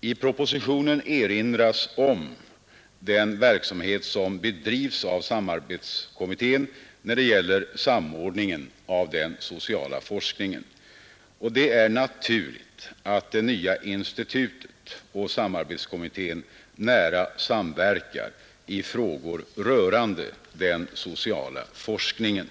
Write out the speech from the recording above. I propositionen erinras om den verksamhet som bedrivs av samarbetskommittén när det gäller samordningen av den sociala forskningen. Det är naturligt att det nya institutet och samarbetskommittén nära samarbetar i frågor rörande den sociala forskningen.